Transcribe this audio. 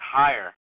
higher